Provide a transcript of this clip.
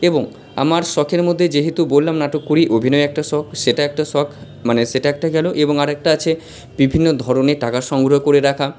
এবং আমার শখের মধ্যে যেহেতু বললাম নাটক করি অভিনয় একটা শখ সেটা একটা শখ মানে সেটা একটা গেল এবং আরেকটা আছে বিভিন্ন ধরনের টাকা সংগ্রহ করে রাখা